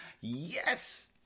Yes